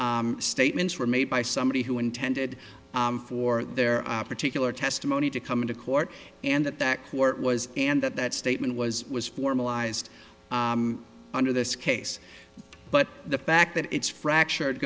statements were made by somebody who intended for their particular testimony to come into court and that that court was and that that statement was was formalized under this case but the fact that it's fractured